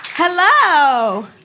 Hello